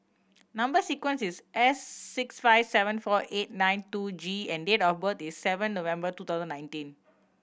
number sequence is S six five seven four eight nine two G and date of birth is seven November two thousand nineteen